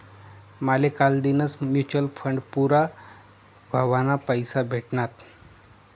माले कालदीनच mutual fund पूरा व्हवाना पैसा भेटनात